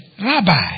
Rabbi